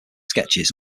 sketches